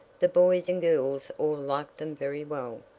the boys and girls all liked them very well,